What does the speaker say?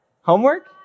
Homework